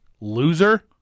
Loser